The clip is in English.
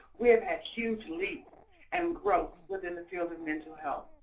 we have had huge leaps and growth within the field of mental health,